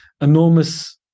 enormous